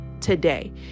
today